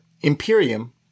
Imperium